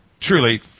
truly